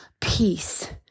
peace